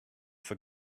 for